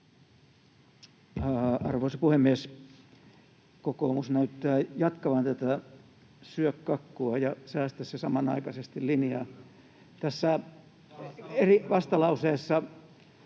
Arvoisa puhemies! Kokoomus näyttää jatkavan tätä ”syö kakkua ja säästä se samanaikaisesti” ‑linjaa. [Ben Zyskowicz